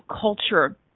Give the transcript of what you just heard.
culture